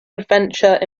adventure